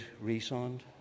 Resound